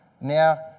now